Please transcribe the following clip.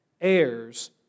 heirs